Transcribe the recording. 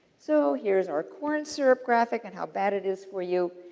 so, here's our corn syrup graphic and how bad it is for you.